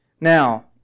Now